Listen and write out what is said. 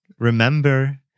Remember